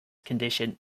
condition